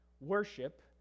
worship